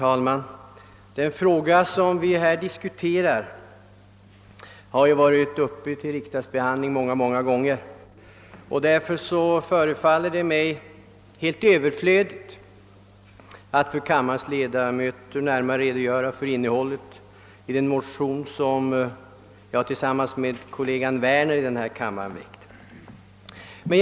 Herr talman! Den fråga som vi här diskuterar har många gånger varit uppe till riksdagsbehandling. Det förefaller mig därför helt överflödigt att för kammarens ledamöter närmare redogöra för innehållet i den motion som jag tillsammans med kollegan herr Werner i denna kammare har väckt.